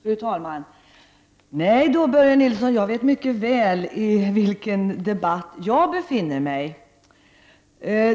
Fru talman! Nej, Börje Nilsson, jag vet mycket väl i vilken debatt jag deltar.